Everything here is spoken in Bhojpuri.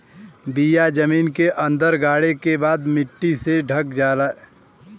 बिया जमीन के अंदर गाड़े के बाद मट्टी से ढक देवल जाला